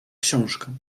książkę